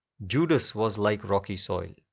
judas was like rocky soil.